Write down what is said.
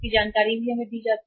इसकी जानकारी भी हमें दी जाती है